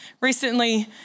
Recently